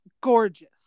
gorgeous